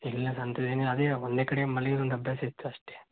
ಇಲ್ಲ ಸಹ ಅಂಥದ್ದೇನಿಲ್ಲ ಅದೇ ಒಂದೇ ಕಡೆ ಮಲ್ಗಿರೋದು ಒಂದು ಅಭ್ಯಾಸ ಇತ್ತು ಅಷ್ಟೇ